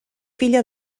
filla